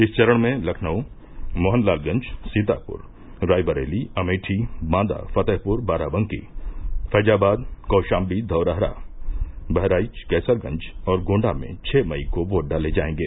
इस चरण में लखनऊ मोहनलालगंज सीतापुर रायबरेली अमेठी बांदा फतेहप्र बाराबंकी फैजाबाद कौशाम्वी धौरहरा बहराइच कैसरगंज और गोण्डा में छह मई को वोट डाले जायेंगे